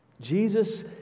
Jesus